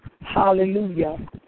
hallelujah